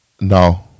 No